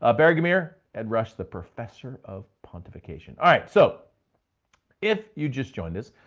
ah barry gumaer, ed rush the professor of pontification. alright, so if you just joined us,